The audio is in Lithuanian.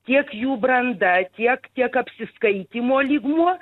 tiek jų branda tiek tiek apsiskaitymo lygmuo